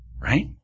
right